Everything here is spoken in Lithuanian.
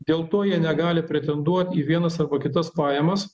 dėl to jie negali pretenduoti į vienas arba kitas pajamas